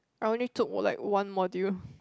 I only took one like one module